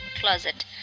closet